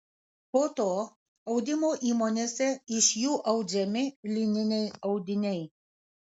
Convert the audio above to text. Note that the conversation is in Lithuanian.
po to audimo įmonėse iš jų audžiami lininiai audiniai